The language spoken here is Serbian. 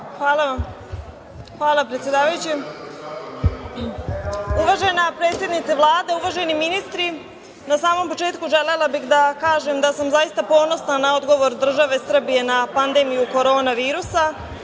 Turk** Hvala predsedavajući. Uvažena predsednice Vlade, uvaženi ministri, na samom početku želela bih da kažem da sam zaista ponosna na odgovor države Srbije na pandemiju Koronavirusa,